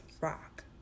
rock